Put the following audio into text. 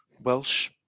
Welsh